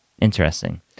Interesting